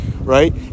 right